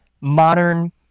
modern